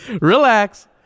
relax